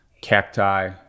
Cacti